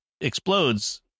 explodes